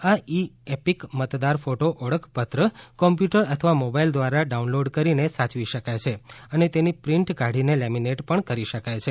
આ e EPIC મતદાર photo ઓળખપત્ર કોમ્પુટર અથવા મોબાઈલ દ્વારા ડાઉનલોડ કરીને સાચવી શકાય છે અને તેની પ્રિન્ટ કાઢીને લેમીનેટ પણ કરી શકાય છે